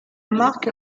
marque